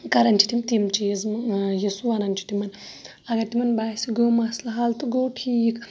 کَران چھِ تِم تِم چیٖز یہِ سُہ وَنان چھُ تِمَن اَگَر تِمَن باسہِ گو مَسلہٕ حَل تہٕ گو ٹھیٖک